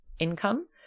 income